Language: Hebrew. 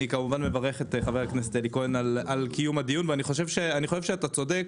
אני מברך את חבר הכנסת אלי כהן על קיום הדיון ואני חושב שאתה צודק